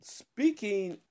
speaking